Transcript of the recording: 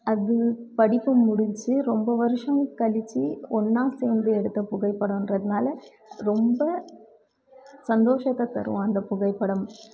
அது படிப்பு முடிச்சு ரொம்ப வருடம் கழித்து ஒன்றா சேர்ந்து எடுத்த புகைப்படம்ன்றதுனால் ரொம்ப சந்தோஷத்தைத் தரும் அந்த புகைப்படம்